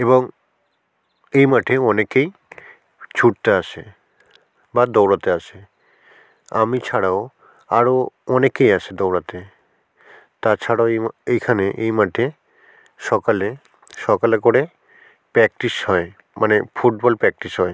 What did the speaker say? এবং এই মাঠে অনেকেই ছুটতে আসে বা দৌড়তে আসে আমি ছাড়াও আরও অনেকেই আসে দৌড়াতে তাছাড়াও এই মা এখানে এই মাঠে সকালে সকালে করে প্র্যাকটিস হয় মানে ফুটবল প্র্যাকটিস হয়